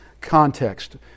context